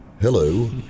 Hello